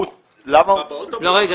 זה לא עניין